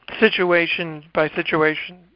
situation-by-situation